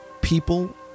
people